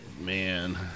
Man